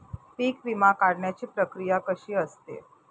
पीक विमा काढण्याची प्रक्रिया कशी असते?